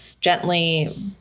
gently